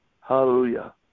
Hallelujah